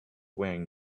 wearing